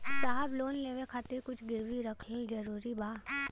साहब लोन लेवे खातिर कुछ गिरवी रखल जरूरी बा?